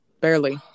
Barely